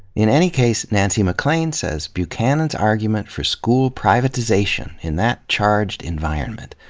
in any case, nancy maclean says buchanan's argument for school privatization in that charged environment,